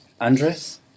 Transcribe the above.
Andres